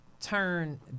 turn